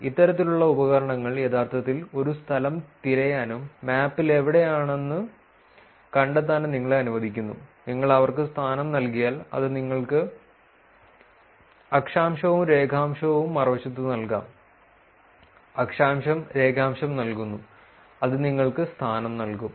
ഇത്തരത്തിലുള്ള ഉപകരണങ്ങൾ യഥാർത്ഥത്തിൽ ഒരു സ്ഥലം തിരയാനും മാപ്പിൽ എവിടെയാണെന്ന് കണ്ടെത്താനും നിങ്ങളെ അനുവദിക്കുന്നു നിങ്ങൾ അവർക്ക് സ്ഥാനം നൽകിയാൽ അത് നിങ്ങൾക്ക് അക്ഷാംശവും രേഖാംശവും മറുവശത്ത് നൽകാം അക്ഷാംശം രേഖാംശം നൽകുന്നു അത് നിങ്ങൾക്ക് സ്ഥാനം നൽകും